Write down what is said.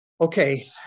okay